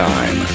Time